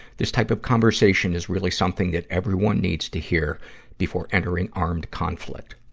this type of conversation is really something that everyone needs to hear before entering armed conflict.